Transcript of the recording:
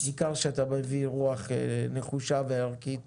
אתה מביא רוח נחושה וערכית